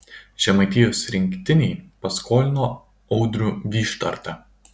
žemaitijos rinktinei paskolino audrių vyštartą